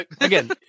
again